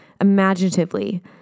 imaginatively